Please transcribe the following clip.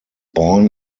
born